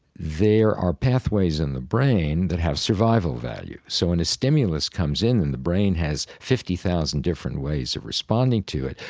there are pathways in the brain that have survival value. so when a stimulus comes in and the brain has fifty thousand different ways of responding to it,